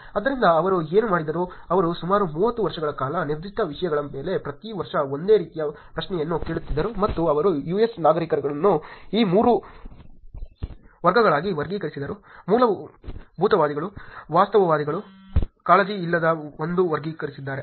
ಆದ್ದರಿಂದ ಅವರು ಏನು ಮಾಡಿದರು ಅವರು ಸುಮಾರು 30 ವರ್ಷಗಳ ಕಾಲ ನಿರ್ದಿಷ್ಟ ವಿಷಯಗಳ ಮೇಲೆ ಪ್ರತಿ ವರ್ಷ ಒಂದೇ ರೀತಿಯ ಪ್ರಶ್ನೆಯನ್ನು ಕೇಳುತ್ತಿದ್ದರು ಮತ್ತು ಅವರು US ನಾಗರಿಕರನ್ನು ಈ 3 ವರ್ಗಗಳಾಗಿ ವರ್ಗೀಕರಿಸಿದರು ಮೂಲಭೂತವಾದಿಗಳು ವಾಸ್ತವವಾದಿಗಳು ಕಾಳಜಿಯಿಲ್ಲದ ಎಂದು ವರ್ಗೀಕರಿಸಿದ್ದಾರೆ